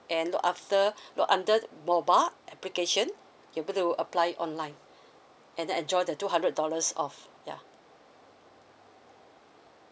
and look after look under mobile application you'll able to apply online and then enjoy the two hundred dollars off ya